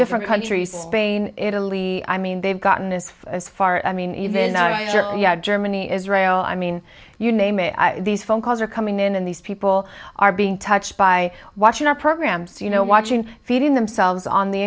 different countries spain italy i mean they've gotten this as far as i mean even germany israel i mean you name it these phone calls are coming in and these people are being touched by watching our programs you know watching feeding themselves on the